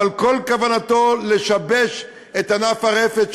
אבל כל כוונתו לשבש את ענף הרפת,